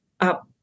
up